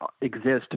exist